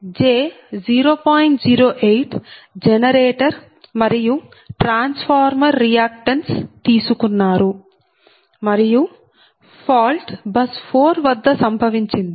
08 generator మరియు transformer reactances తీసుకున్నారు మరియు ఫాల్ట్ బస్ 4 వద్ద సంభవించింది